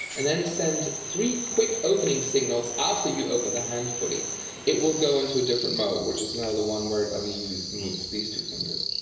and then send three quick opening signals after you open the hand fully it will go into a different mode, which is now the one where it only moves these two fingers.